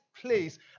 place